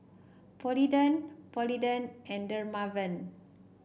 Polident Polident and Dermaveen